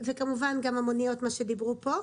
וכמובן גם המוניות מה שדיברו פה.